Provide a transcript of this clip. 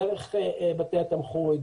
דרך בתי התמחוי,